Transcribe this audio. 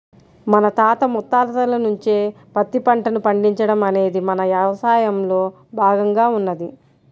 మన తాత ముత్తాతల నుంచే పత్తి పంటను పండించడం అనేది మన యవసాయంలో భాగంగా ఉన్నది